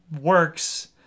works